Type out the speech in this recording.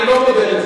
אני לא מודד את זה.